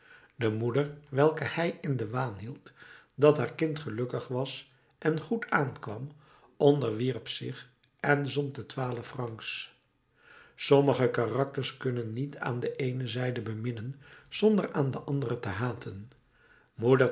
de moeder welke hij in den waan hield dat haar kind gelukkig was en goed aankwam onderwierp zich en zond de twaalf francs sommige karakters kunnen niet aan de eene zijde beminnen zonder aan de andere te haten moeder